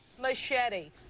Machete